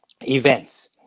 events